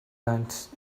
hands